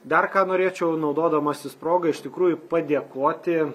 dar ką norėčiau naudodamasis proga iš tikrųjų padėkoti